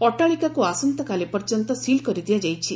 ଅଟ୍ଟାଳିକାକୁ ଆସନ୍ତକାଲି ପର୍ଯ୍ୟନ୍ତ ସିଲ୍ କରିଦିଆଯାଇଛି